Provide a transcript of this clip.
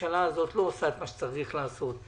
הממשלה הזאת לא עושה את מה שצריך לעשות.